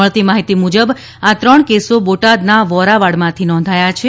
મળતી માહિતી મુજબ આ ત્રણ કેસો બોટાદના વોરાવાડમાંથી નોંધાયા છે